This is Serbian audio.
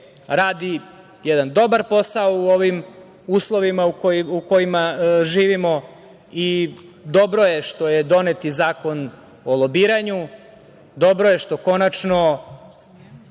radi jedan dobar posao u ovim uslovima u kojima živimo. Dobro je što je donet Zakon o lobiranju, dobro je što konačno